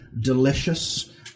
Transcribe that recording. delicious